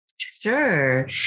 Sure